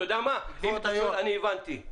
אתה יודע מה, אני הבנתי.